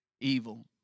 evil